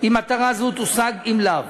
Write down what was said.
אם מטרה זו תושג, אם לאו.